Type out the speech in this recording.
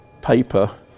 paper